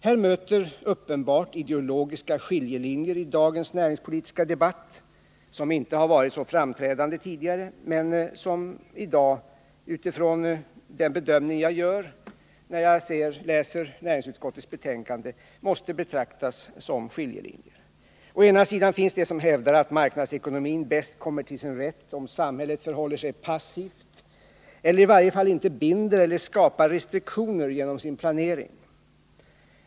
Här möter uppenbart ideologiska motsättningar i dagens näringspolitiska debatt, vilka inte har varit så framträdande tidigare men vilka i dag, utifrån den bedömning jag gör när jag läser näringsutskottets betänkande, måste betraktas som skiljelinjer. Å ena sidan finns det personer som hävdar att marknadsekonomin bäst kommer till sin rätt om samhället förhåller sig passivt eller i varje fall inte binder näringslivet eller skapar restriktioner genom sin planering.